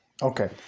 Okay